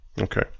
Okay